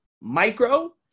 micro